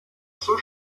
zur